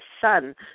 son